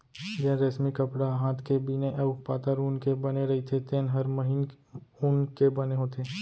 जेन रेसमी कपड़ा ह हात के बिने अउ पातर ऊन के बने रइथे तेन हर महीन ऊन के बने होथे